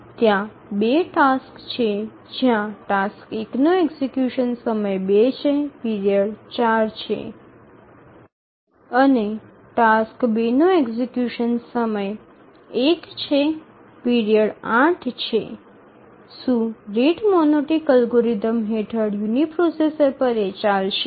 ત્યાં ૨ ટાસક્સ છે જ્યાં ટાસ્ક ૧ નો એક્ઝિકયુશનનો સમય ૨ છે પીરિયડ 4 છે અને ટાસ્ક ૨ નો એક્ઝિકયુશન સમય ૧ છે પીરિયડ ૮ છે શું રેટ મોનોટોનિક અલ્ગોરિધમ હેઠળ યુનિપ્રોસેસર પર એ ચાલશે